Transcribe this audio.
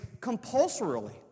compulsorily